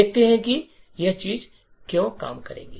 देखते हैं कि यह चीज क्यों काम करेगी